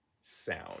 sound